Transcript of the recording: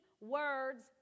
words